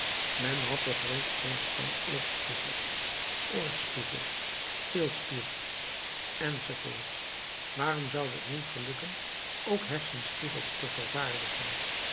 men had toch reeds sedert lang oogspiegels oorspiegels keelspiegels enz waarom zoude het niet gelukken ook hersenspiegels te vervaardigen